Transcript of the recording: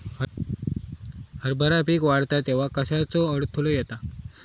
हरभरा पीक वाढता तेव्हा कश्याचो अडथलो येता?